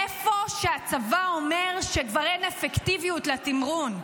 איפה שהצבא אומר שכבר אין אפקטיביות לתמרון.